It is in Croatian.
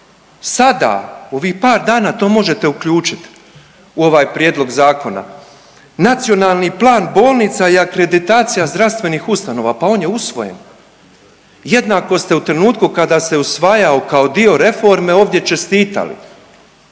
sada u ovih par dana to možete uključiti u ovaj prijedlog zakona Nacionalni plan bolnica i akreditacija zdravstvenih ustanova. Pa on je usvojen. Jednako ste u trenutku kada se usvajao kao dio reforme ovdje čestitali.